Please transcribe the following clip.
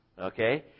Okay